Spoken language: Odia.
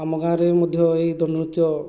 ଆମ ଗାଁରେ ମଧ୍ୟ ଏହି ଦଣ୍ଡନୃତ୍ୟ